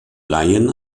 laien